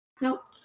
Nope